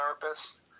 therapist